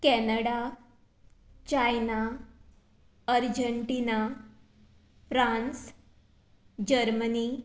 Canada China Argentina France Germany